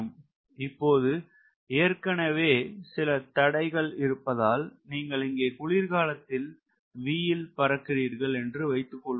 இப்போது ஏற்கனவே சில தடைகள் இருப்பதால் நீங்கள் இங்கே குளிர்காலத்தில் V ல் பறக்கிறீர்கள் என்று வைத்துக்கொள்வோம்